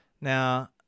Now